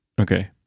Okay